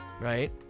right